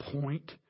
point